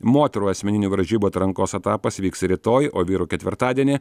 moterų asmeninių varžybų atrankos etapas vyks rytoj o vyrų ketvirtadienį